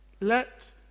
Let